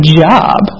job